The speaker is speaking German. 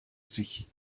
sich